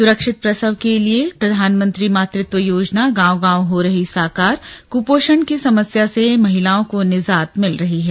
सुरक्षित प्रसव के लिये प्रधानमंत्री मातृत्व योजना गांव गांव हो रही साकार कुपोषण की समस्या से महिलाओं को निज़ात मिल रही है